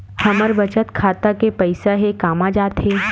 हमर बचत खाता के पईसा हे कामा जाथे?